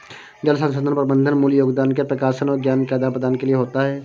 जल संसाधन प्रबंधन मूल योगदान के प्रकाशन और ज्ञान के आदान प्रदान के लिए होता है